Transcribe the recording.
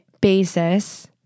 basis